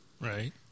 right